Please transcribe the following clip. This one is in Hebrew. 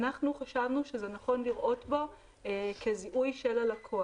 מבחינתנו נכון לראות בזה כזיהוי של הלקוח,